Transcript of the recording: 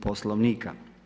Poslovnika.